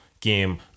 game